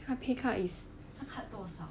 他 pay cut is